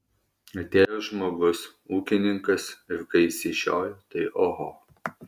atėjo žmogus ūkininkas ir kai išsižiojo tai oho